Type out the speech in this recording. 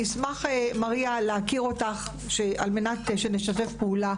אני אשמח, מריה, להכיר אותך על מנת שנשתף פעולה.